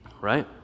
right